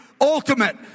Ultimate